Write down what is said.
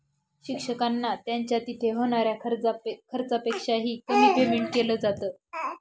शिक्षकांना त्यांच्या तिथे होणाऱ्या खर्चापेक्षा ही, कमी पेमेंट केलं जात